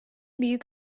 büyük